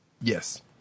Yes